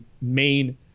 main